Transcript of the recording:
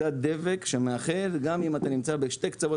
זה הדבק שמאחד גם אם אתה נמצא בשני קצוות